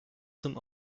zum